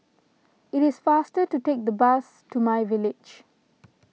it is faster to take the bus to myVillage